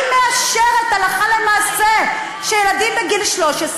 היא מאשרת הלכה למעשה שילדים בגיל 13